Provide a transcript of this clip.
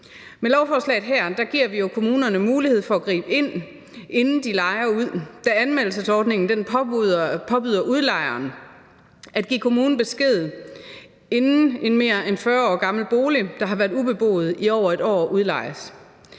med lovforslaget her giver vi jo kommunerne mulighed for at gribe ind, inden de lejer ud, da anmeldelsesordningen påbyder udlejeren at give kommunen besked, inden en mere end 40 år gammel bolig, der har været ubeboet i over 1 år, udlejes.